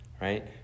Right